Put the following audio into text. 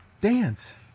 dance